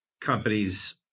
companies